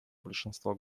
большинства